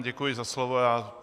Děkuji za slovo.